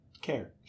care